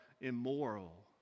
immoral